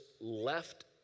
left